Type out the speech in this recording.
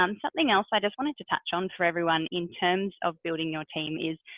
um something else i just wanted to touch on for everyone in terms of building your team is,